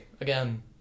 again